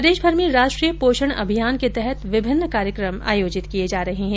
प्रदेशभर में राष्ट्रीय पोषण अभियान के तहत विभिन्न कार्यक्रम आयोजित किये जा रहे है